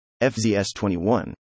FZS21